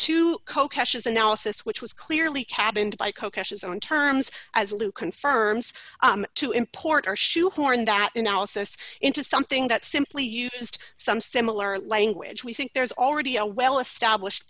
to coaches analysis which was clearly cabined by coach's own terms as lou confirms to import or shoehorn that analysis into something that simply used some similar language we think there's already a well established